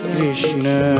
Krishna